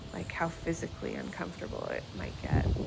like, how physically uncomfortable it might get